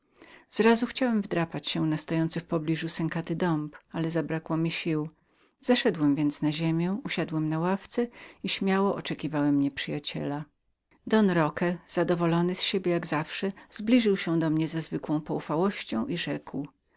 początku chciałem wdrapać się na stojący w pobliżu sękaty dąb ale nie czując się dość na siłach zlazłem na ziemię usiadłem na ławce i śmiało oczekiwałem nieprzyjaciela don roque zadowolony u siebiez siebie jak zawsze zbliżył się do mnie ze zwykłą poufałością i rzekł